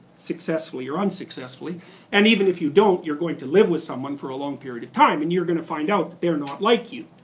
successfully or unsuccessfully and even if you don't, you're going to live with someone for a long period of time, and you're going to find out they're not like you,